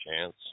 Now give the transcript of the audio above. chance